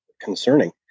concerning